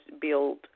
build